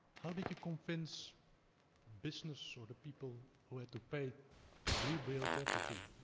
how did you convince business sort of people who had to pay to rebuild everything?